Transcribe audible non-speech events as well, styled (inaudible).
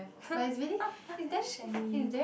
(laughs) shaggy